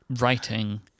writing